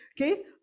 Okay